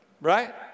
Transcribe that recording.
right